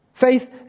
Faith